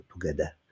together